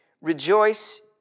Rejoice